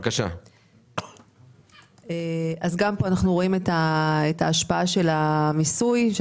גם כאן אנחנו רואים את ההשפעה של המיסוי על